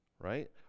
Right